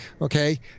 Okay